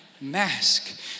mask